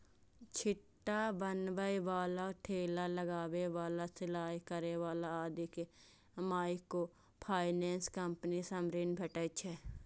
छिट्टा बनबै बला, ठेला लगबै बला, सिलाइ करै बला आदि कें माइक्रोफाइनेंस कंपनी सं ऋण भेटै छै